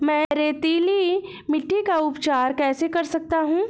मैं रेतीली मिट्टी का उपचार कैसे कर सकता हूँ?